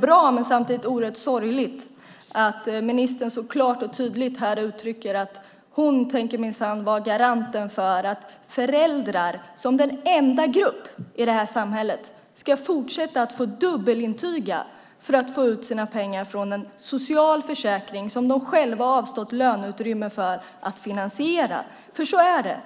bra men samtidigt sorgligt att ministern så klart och tydligt här uttrycker att hon minsann tänker vara garanten för att föräldrar som den enda gruppen i det här samhället ska fortsätta att få dubbelintyga för att få ut sina pengar från en social försäkring som de själva har avstått löneutrymme för att finansiera. För så är det.